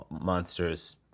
Monsters